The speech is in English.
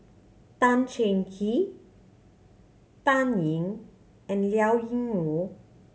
Tan Cheng Kee Dan Ying and Liao Yingru